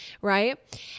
right